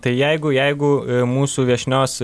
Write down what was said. tai jeigu jeigu mūsų viešnios